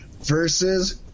Versus